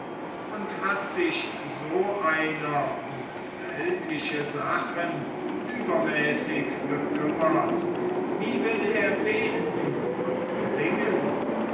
und hat sich so einer um weltliche sachen übermäßig bekümmert wie will er beten und singen